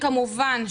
כמובן,